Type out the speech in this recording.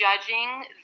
judging